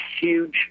huge